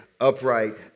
upright